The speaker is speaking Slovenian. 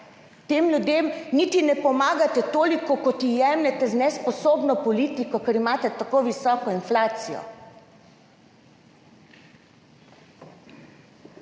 Tem ljudem niti ne pomagate toliko, kot jim jemljete z nesposobno politiko, ker imate tako visoko inflacijo.